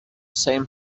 same